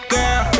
Girl